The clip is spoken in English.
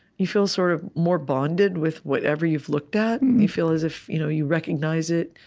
you feel sort of more bonded with whatever you've looked at. and you feel as if you know you recognize it,